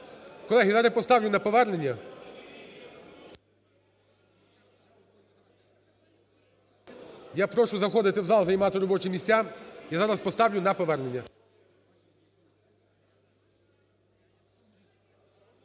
Колеги, зараз поставлю на повернення. Я прошу заходити в зал, займати робочі місця, я зараз поставлю на повернення.